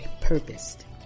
purposed